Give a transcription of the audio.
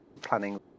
planning